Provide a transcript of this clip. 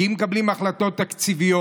כי אם מקבלים החלטות תקציביות,